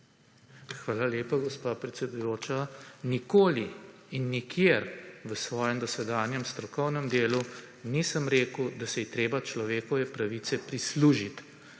Hvala lepa, gospa predsedujoča. Nikoli in nikjer v svojem dosedanjem strokovnem delu nisem rekel, da se je treba človekove pravice prislužiti.